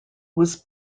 was